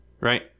right